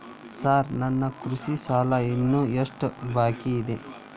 Sir ನನ್ನ ಕೃಷಿ ಸಾಲ ಇನ್ನು ಎಷ್ಟು ಬಾಕಿಯಿದೆ?